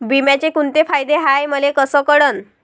बिम्याचे कुंते फायदे हाय मले कस कळन?